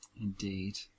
Indeed